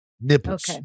nipples